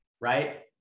right